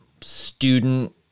student